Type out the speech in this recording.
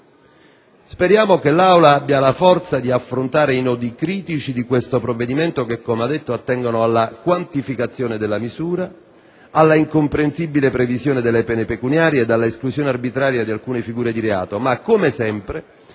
Speriamo che l'Aula abbia la forza di affrontare i nodi critici di questo provvedimento che - come ho detto - attengono alla quantificazione della misura, alla incomprensibile previsione delle pene pecuniarie e all'esclusione arbitraria di alcune figure di reato, ma, come sempre,